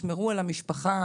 "תשמרו על המשפחה".